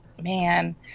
man